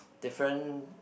different